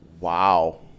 Wow